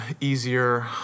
easier